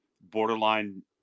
borderline